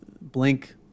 Blink